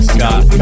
Scott